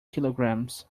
kilograms